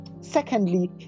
Secondly